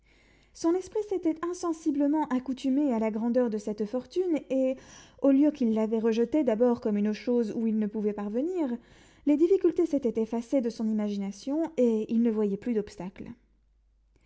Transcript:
son esprit s'était insensiblement accoutumé à la grandeur de cette fortune et au lieu qu'il l'avait rejetée d'abord comme une chose où il ne pouvait parvenir les difficultés s'étaient effacées de son imagination et il ne voyait plus d'obstacles